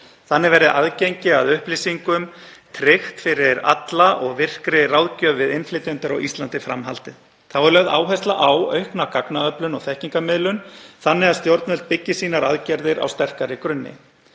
Þannig verði aðgengi að upplýsingum tryggt fyrir alla og virkri ráðgjöf við innflytjendur á Íslandi fram haldið. Þá er lögð áhersla á aukna gagnaöflun og þekkingarmiðlun þannig að stjórnvöld byggi sínar aðgerðir á sterkari grunni